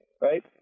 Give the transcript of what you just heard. right